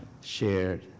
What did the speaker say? shared